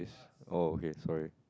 oh okay sorry